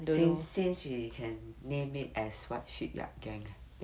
since since she can name it as what shipyard gang ah